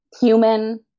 human